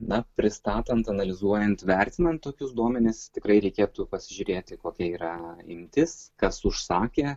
na pristatant analizuojant vertinant tokius duomenis tikrai reikėtų pasižiūrėti kokia yra imtis kas užsakė